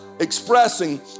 Expressing